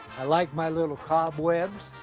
i like my little cobwebs.